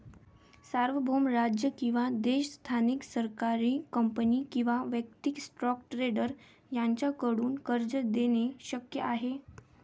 सार्वभौम राज्य किंवा देश स्थानिक सरकारी कंपनी किंवा वैयक्तिक स्टॉक ट्रेडर यांच्याकडून कर्ज देणे शक्य आहे